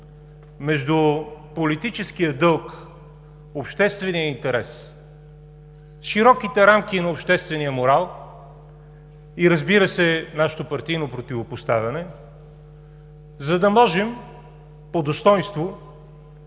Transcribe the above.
между политическия дълг, обществения интерес, широките рамки на обществения морал и, разбира се, нашето партийно противопоставяне, за да можем по достойнство,